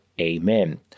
Amen